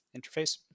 interface